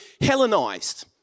hellenized